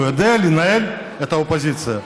הוא יודע לנהל את האופוזיציה,